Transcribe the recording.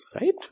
Right